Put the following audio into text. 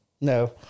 no